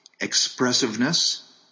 Expressiveness